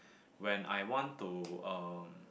when I want to um